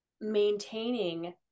maintaining